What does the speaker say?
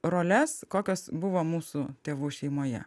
roles kokios buvo mūsų tėvų šeimoje